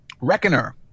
Reckoner